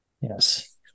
Yes